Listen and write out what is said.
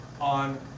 on